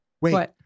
Wait